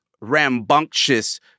rambunctious